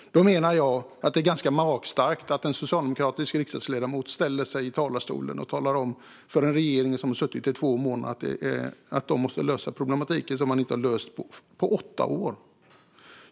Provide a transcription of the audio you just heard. Jag menar att det är ganska magstarkt av en socialdemokratisk riksdagsledamot att ställa sig i talarstolen och tala om för en regering som har suttit i två månader att de ska lösa en problematik som de själva inte har löst på åtta år.